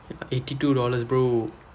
eighty two dollars bro